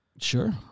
sure